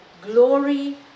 glory